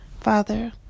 Father